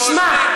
תשמע,